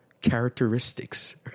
characteristics